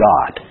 God